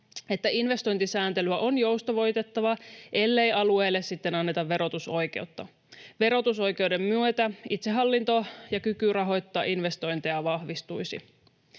että investointisääntelyä on joustavoitettava, ellei alueille sitten anneta verotusoikeutta. Verotusoikeuden myötä itsehallinto ja kyky rahoittaa investointeja vahvistuisi.